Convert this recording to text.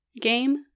game